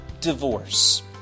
divorce